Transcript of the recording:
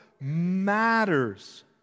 matters